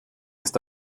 ist